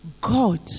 God